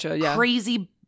crazy